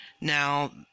Now